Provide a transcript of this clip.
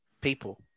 people